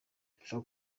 bipfa